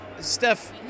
Steph